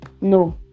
no